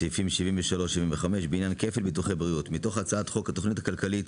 סעיפים 75-73 (בעניין כפל ביטוחי בריאות) מתוך הצעת חוק התכנית הכלכלית